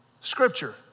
Scripture